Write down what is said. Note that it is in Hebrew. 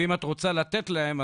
ואם את רוצה לתת להם,